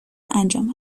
انجام